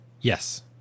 Yes